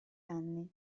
anni